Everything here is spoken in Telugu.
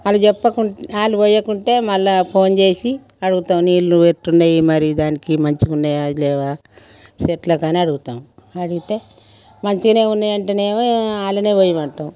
వాళ్ళు చెప్పకుంటే ఆళ్ళు పొయ్యకుంటే మళ్ళా ఫోన్ చేసి అడుగుతాం నీళ్ళు ఎట్టున్నాయి మరి దానికి మంచిగున్నాయా లేవా చెట్లుకని అడుగుతాం అడిగితే మంచిగానే ఉన్నాయంటేనేమో వాళ్ళనే పోయమంటాము